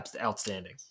outstanding